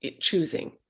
choosing